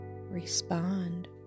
respond